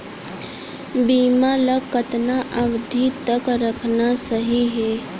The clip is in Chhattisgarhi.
बीमा ल कतना अवधि तक रखना सही हे?